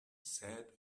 said